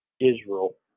Israel